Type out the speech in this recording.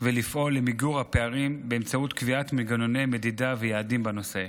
ולפעול למיגור הפערים באמצעות קביעת מנגנוני מדידה ויעדים בנושא.